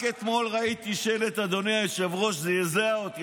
רק אתמול ראיתי שלט שזעזע אותי,